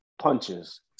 punches